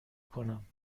کنم